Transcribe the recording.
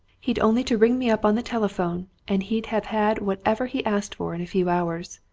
he'd only to ring me up on the telephone, and he'd have had whatever he asked for in a few hours.